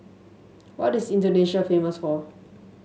what is Indonesia famous for